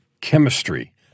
chemistry